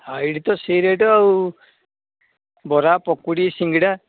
ହଁ ଏଇଠି ତ ସେଇ ରେଟ୍ ଆଉ ବରା ପକୁଡ଼ି ସିଙ୍ଗଡ଼ା